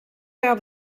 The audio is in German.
gab